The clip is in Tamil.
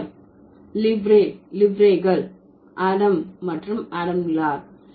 நிக் ஐ லிவ்ரே லிவ்ரேகள் ஆடம் மற்றும் ஆடம் லார்